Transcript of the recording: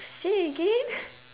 say again